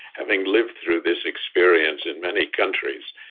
having lived through this experience in many countries,